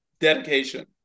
dedication